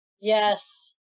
Yes